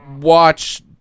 watch